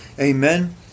amen